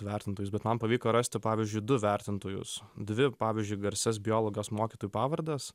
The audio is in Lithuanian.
vertintojus bet man pavyko rasti pavyzdžiui du vertintojus dvi pavyzdžiui garsias biologijos mokytojų pavardes